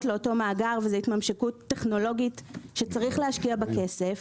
לאותו מאגר וזה התממשקות טכנולוגית שצריך להשקיע בה כסף,